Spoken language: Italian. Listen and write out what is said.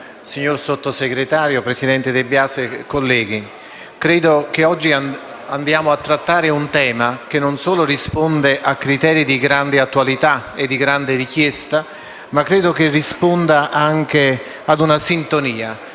signor Sottosegretario, presidente De Biasi, colleghi, oggi andiamo a trattare un tema che non solo risponde a criteri di grande attualità e di grande richiesta, ma anche ad una sintonia